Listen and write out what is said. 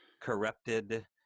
corrupted